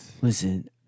Listen